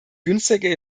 günstiger